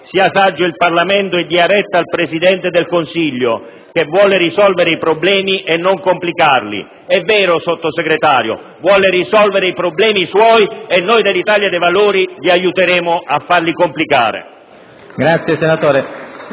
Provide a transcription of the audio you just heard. saggio e di dare retta al Presidente del Consiglio che vuole risolvere i problemi e non complicarli. È vero, Sottosegretario, vuole risolvere i problemi suoi. Noi dell'Italia dei Valori lo aiuteremo a complicarli.